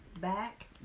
back